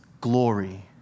glory